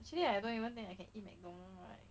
actually I don't even think I can eat mcdonald right